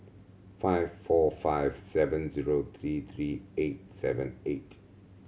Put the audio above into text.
five four five seven zero three three eight seven eight